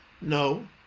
No